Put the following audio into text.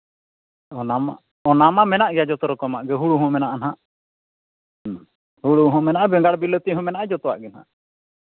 ᱚᱱᱟᱢᱟ ᱚᱱᱟᱢᱟ ᱢᱮᱱᱟᱜ ᱜᱮᱭᱟ ᱡᱚᱛᱚ ᱨᱚᱠᱚᱢᱟᱜ ᱜᱮ ᱦᱩᱲᱩ ᱦᱚᱸ ᱢᱮᱱᱟᱜᱼᱟ ᱱᱟᱦᱟᱜ ᱦᱮᱸ ᱦᱩᱲᱩ ᱦᱚᱸ ᱢᱮᱱᱟᱜᱼᱟ ᱵᱮᱸᱜᱟᱲ ᱵᱤᱞᱟᱹᱛᱤ ᱦᱚᱸ ᱢᱮᱱᱟᱜᱼᱟ ᱡᱚᱛᱚᱣᱟᱜ ᱜᱮ ᱱᱟᱦᱟᱜ